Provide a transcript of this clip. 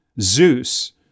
Zeus